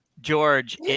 George